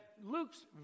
Luke's